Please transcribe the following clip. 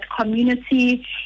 community